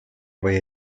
või